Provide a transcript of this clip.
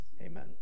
Amen